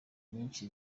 benshi